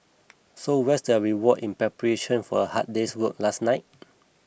so what's their reward in preparation for a hard day's work last night